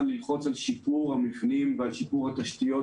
על שיפור המבנים ועל שיפור התשתיות,